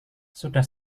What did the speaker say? sudah